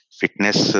fitness